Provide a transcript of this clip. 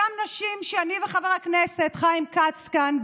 אותן נשים שאני וחבר הכנסת חיים כץ כאן,